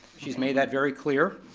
she's made that very clear.